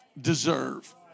deserve